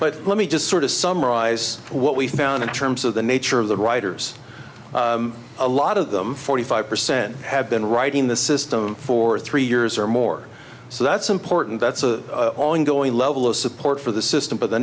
but let me just sort of summarize what we found in terms of the nature of the writers a lot of them forty five percent have been writing the system for three years or more so that's important that's a ongoing level of support for the system but the